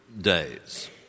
days